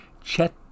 Chet